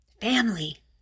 family